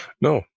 No